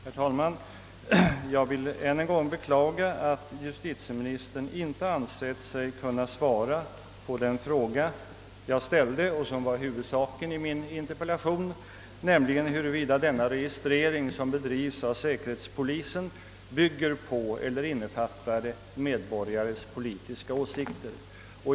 Herr falman! Jag vill än en gång beklaga att justitieministern inte ansett sig kunna svara på den av mig ställda fråga, som var huvudsaken i min interpellation, nämligen huruvida den registrering vilken bedrivs av säkerhetspolisen bygger på eller innefattar medborgares politiska åsikter.